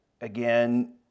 again